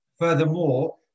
Furthermore